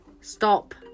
stop